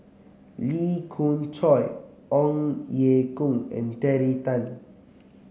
Lee Khoon Choy Ong Ye Kung and Terry Tan